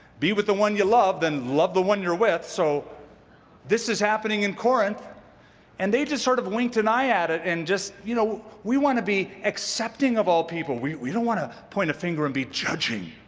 be with the one you love, then love the one you're with. so this is happening in corinth and they just sort of winked an eye at it. and just, you know, we want to be excepting of all people. we don't want to point a finger and be judging.